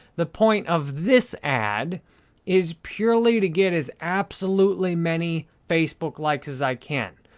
the point of this ad is purely to get as absolutely many facebook likes as i can.